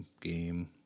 game